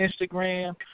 Instagram